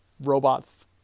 robots